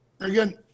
Again